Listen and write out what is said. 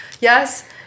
Yes